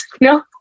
no